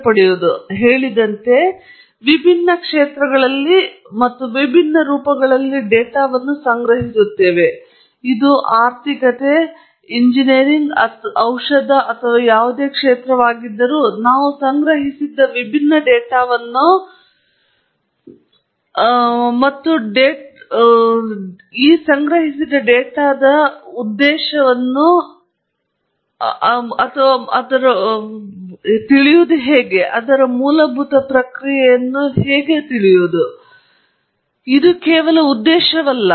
ನಾನು ಹೇಳಿದಂತೆ ನಾವು ವಿಭಿನ್ನ ಕ್ಷೇತ್ರಗಳಲ್ಲಿ ಮತ್ತು ವಿಭಿನ್ನ ರೂಪಗಳಲ್ಲಿ ಡೇಟಾವನ್ನು ಸಂಗ್ರಹಿಸುತ್ತೇವೆ ಇದು ಆರ್ಥಿಕತೆ ಎಂಜಿನಿಯರಿಂಗ್ ಅಥವಾ ಔಷಧ ಅಥವಾ ಯಾವುದೇ ಕ್ಷೇತ್ರವಾಗಿದ್ದರೂ ನಾವು ಸಂಗ್ರಹಿಸಿದ ವಿಭಿನ್ನ ಡೇಟಾವನ್ನು ಮತ್ತು ಡೇಟಾವನ್ನು ಸಂಗ್ರಹಿಸುವ ಉದ್ದೇಶವು ಮೂಲಭೂತವಾಗಿ ಪ್ರಕ್ರಿಯೆಯ ಬಗ್ಗೆ ಏನಾದರೂ ತಿಳಿಯುವುದು ಆದರೆ ಇದು ಕೇವಲ ಉದ್ದೇಶವಲ್ಲ